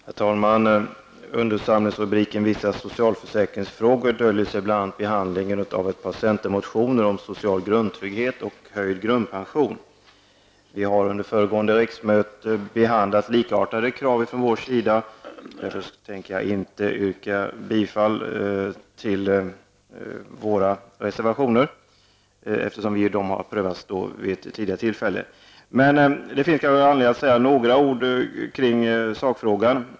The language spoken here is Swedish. Herr talman! Under samlingsrubriken Vissa socialförsäkringsfrågor döljer sig bl.a. Riksdagen har under föregående riksmöte behandlat likartade krav från vår sida, varför jag inte tänker yrka bifall till våra reservationer. De har ju behandlats vid ett tidigare tillfälle. Men det finns kanske anledning att säga några ord i sakfrågan.